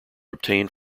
obtained